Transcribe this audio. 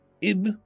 Ib